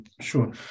sure